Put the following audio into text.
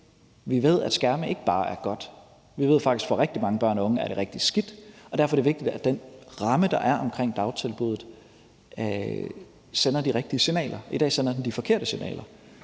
Vi ved, at skærme ikke bare er godt. Vi ved faktisk, at for rigtig mange børn og unge er det rigtig skidt, og derfor er det vigtigt, at den ramme, der er omkring dagtilbuddet, sender de rigtige signaler. I dag sender den de forkerte signaler.